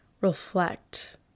reflect